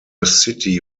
city